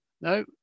No